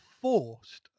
forced